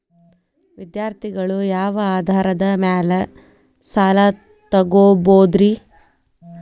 ವಿದ್ಯಾರ್ಥಿಗಳು ಯಾವ ಆಧಾರದ ಮ್ಯಾಲ ಸಾಲ ತಗೋಬೋದ್ರಿ?